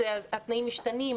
התנאים משתנים,